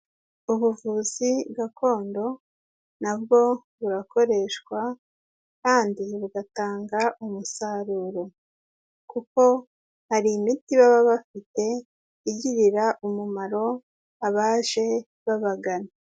Ubuvuzi gakondo na bwo burakoreshwa kandi bugatanga umusaruro, kuko hari imiti baba bafite igirira umumaro abaje babagana.